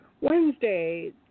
Wednesday